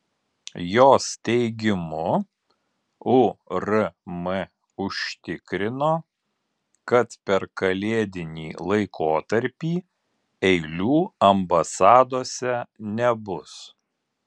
jos teigimu urm užtikrino kad per kalėdinį laikotarpį eilių ambasadose nebus